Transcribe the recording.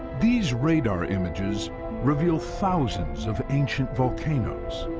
these radar images reveal thousands of ancient volcanoes,